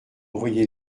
envoyer